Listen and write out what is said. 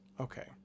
Okay